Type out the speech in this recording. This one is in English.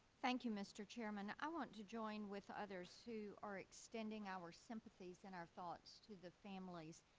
thank you, mr. chairman. i want to join with others who are extending our sympathies and our thoughts to the families